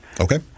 Okay